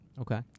Okay